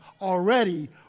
already